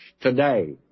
today